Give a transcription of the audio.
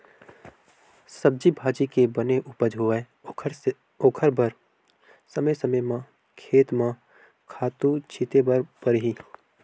सब्जी भाजी के बने उपज होवय ओखर बर समे समे म खेत म खातू छिते बर परही